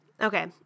Okay